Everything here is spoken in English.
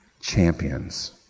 champions